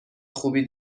خوبی